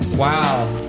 Wow